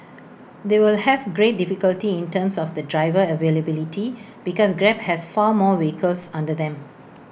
they will have great difficulty in terms of the driver availability because grab has far more vehicles under them